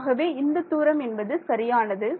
ஆகவே இந்த தூரம் என்பது சரியானது